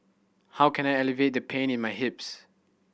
how can I alleviate the pain in my hips